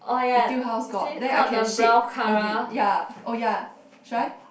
Etude House got then I can shade a bit ya oh ya should I